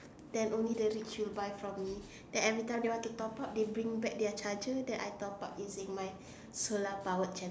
then only the rich will buy from me then everytime they want to top up they bring back to me then I top up using my solar powered